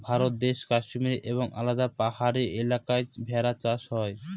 ভারত দেশে কাশ্মীরে এবং আলাদা পাহাড়ি এলাকায় ভেড়া চাষ হয়